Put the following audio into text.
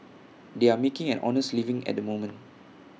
they are making an honest living at the moment